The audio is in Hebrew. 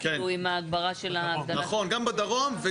טוב, אז אני